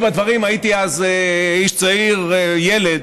היו בה דברים, הייתי אז איש צעיר, ילד,